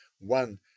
one